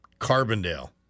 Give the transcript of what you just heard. Carbondale